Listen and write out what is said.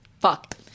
fuck